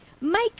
make